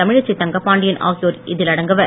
தமிழச்சி தங்கப்பாண்டியன் ஆகியோர் இதில் அடங்குவர்